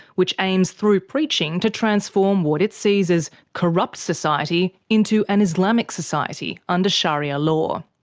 which aims through preaching to transform what it sees as corrupt society into an islamic society under sharia law.